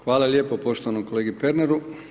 Hvala lijepo poštovanom kolegi Pernaru.